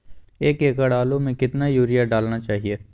एक एकड़ आलु में कितना युरिया डालना चाहिए?